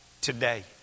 Today